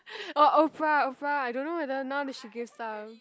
oh Oprah Oprah I don't know whether now did she give stuff